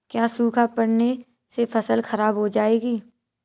क्या सूखा पड़ने से फसल खराब हो जाएगी?